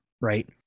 right